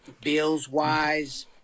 bills-wise